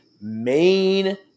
main